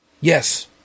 Yes